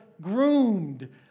groomed